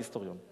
אני היסטוריון.